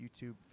YouTube